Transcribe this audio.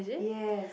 yes